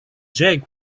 jake